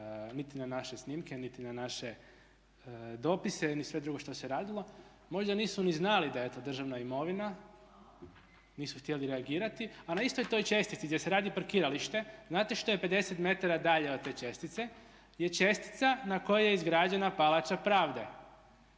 niti na naše snimke, niti na naše dopise ni sve drugo što se radilo. Možda nisu ni znali da je to državna imovina, nisu htjeli reagirati. A na istoj toj čestiti gdje se radi parkiralište, znate šta je 50m dalje od te čestice? Je čestica na kojoj je izgrađena Palača pravde.